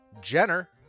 Jenner